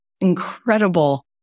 incredible